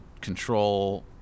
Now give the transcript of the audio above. control